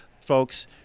folks